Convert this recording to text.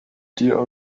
dir